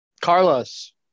Carlos